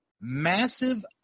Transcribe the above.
massive